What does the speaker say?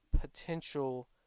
potential